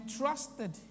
trusted